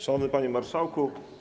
Szanowny Panie Marszałku!